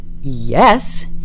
Yes